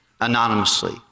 anonymously